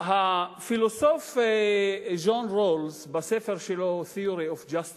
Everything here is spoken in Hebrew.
הפילוסוף ג'ון רולס בספרו Theory Of Justice